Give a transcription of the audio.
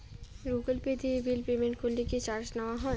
Google Pay দিয়ে bill payment করলে কি চার্জ নেওয়া হয়?